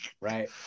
right